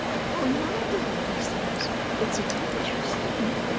upon my word, he says it's a dangerous thing,